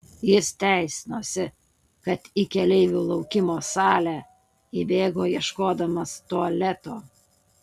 jis teisinosi kad į keleivių laukimo salę įbėgo ieškodamas tualeto